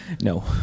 No